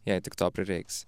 jei tik to prireiks